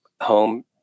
home